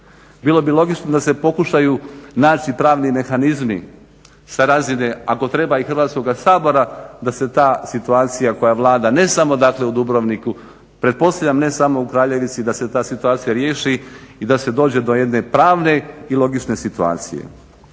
Bilo bi logično da se pokušaju naći pravni mehanizmi sa razine ako treba i Hrvatskoga sabora da se ta situacija koja Vlada ne samo dakle u Dubrovniku, pretpostavljam ne samo u Kraljevici da se ta situacija riješi i da se dođe do jedne pravne i logične situacije.